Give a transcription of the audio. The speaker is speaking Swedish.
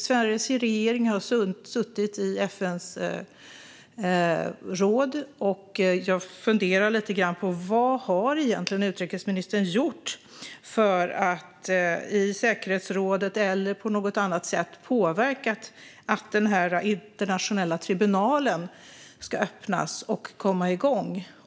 Sveriges regering har suttit i FN:s säkerhetsråd, och jag funderar lite grann på vad utrikesministern egentligen har gjort för att i säkerhetsrådet - eller på annat sätt - påverka så att den internationella tribunalen ska öppnas och komma igång.